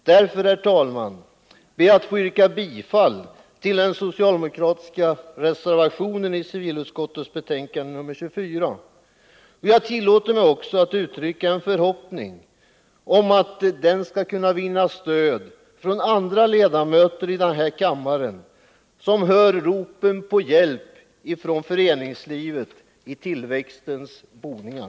Därför, herr talman, ber jag att få yrka bifall till den socialdemokratiska reservationen i civilutskottets betänkande nr 24. Jag tillåter mig också att uttrycka en förhoppning om att reservationen skall vinna stöd också från andra ledamöter i kammaren, vilka hör ropen på hjälp från föreningslivet i tillväxtens boningar.